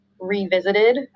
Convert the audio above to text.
revisited